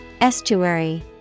Estuary